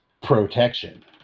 protection